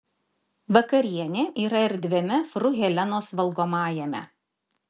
vakarienė yra erdviame fru helenos valgomajame